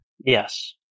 Yes